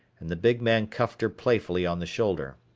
and the big man cuffed her playfully on the shoulder.